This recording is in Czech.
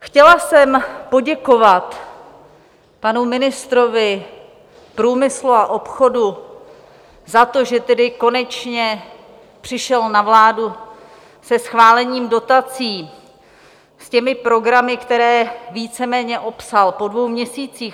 Chtěla jsem poděkovat panu ministrovi průmyslu a obchodu za to, že tedy konečně přišel na vládu se schválením dotací, s těmi programy, které víceméně opsal, po dvou měsících.